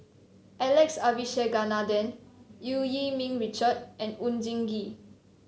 Alex Abisheganaden Eu Yee Ming Richard and Oon Jin Gee